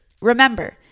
remember